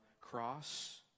cross